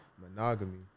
monogamy